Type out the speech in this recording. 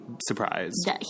surprised